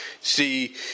see